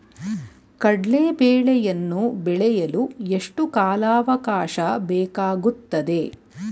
ಕಡ್ಲೆ ಬೇಳೆಯನ್ನು ಬೆಳೆಯಲು ಎಷ್ಟು ಕಾಲಾವಾಕಾಶ ಬೇಕಾಗುತ್ತದೆ?